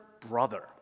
brother